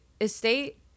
estate